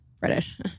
British